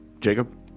Jacob